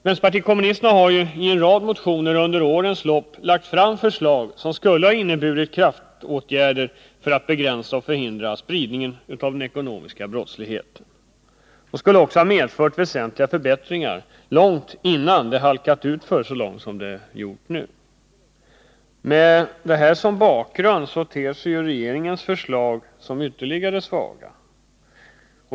Vänsterpartiet kommunisterna har i en rad motioner under årens lopp lagt fram förslag som skulle ha inneburit kraftåtgärder för att begränsa och förhindra spridningen av den ekonomiska brottsligheten. De skulle också ha medfört väsentliga förbättringar långt innan det halkat utför så långt som det gjort nu. Med det som bakgrund ter sig regeringens förslag som ändå mer svaga.